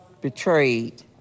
betrayed